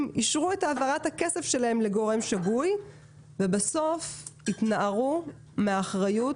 אישרו את ההעברת הכסף שלהם לגורם שגוי ובסוף התנערו מהאחריות